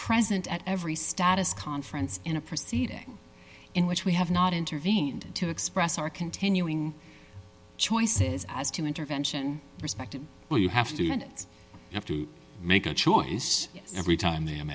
present at every status conference in a proceeding in which we have not intervened to express our continuing choices as to intervention perspective well you have two minutes after make a choice every time the